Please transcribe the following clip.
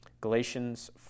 Galatians